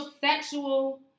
sexual